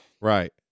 Right